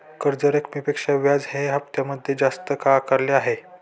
कर्ज रकमेपेक्षा व्याज हे हप्त्यामध्ये जास्त का आकारले आहे?